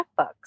checkbooks